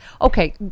Okay